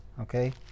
Okay